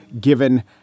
given